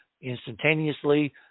instantaneously